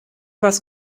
was